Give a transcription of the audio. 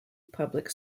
public